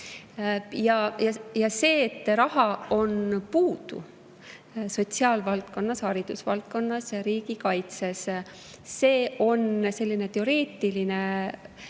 see, et raha on puudu sotsiaalvaldkonnas, haridusvaldkonnas, riigikaitses. See on selline teoreetiline